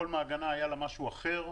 לכל מעגנה היה משהו אחר,